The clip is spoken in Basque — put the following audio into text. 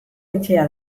etxea